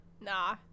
nah